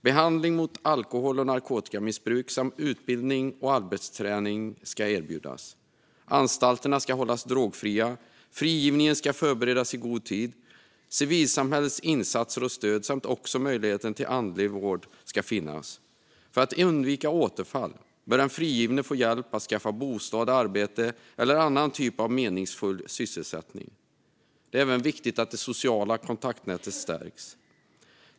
Behandling mot alkohol och narkotikamissbruk samt utbildning och arbetsträning ska erbjudas. Anstalterna ska hållas drogfria. Frigivningen ska förberedas i god tid. Civilsamhällets insatser och stöd samt också möjligheten till andlig vård ska finnas. För att undvika återfall bör den frigivne få hjälp att skaffa bostad och arbete eller annan typ av meningsfull sysselsättning. Det är även viktigt att det sociala kontaktnätet stärks.